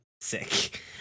Sick